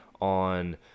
on